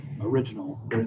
original